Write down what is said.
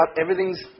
everything's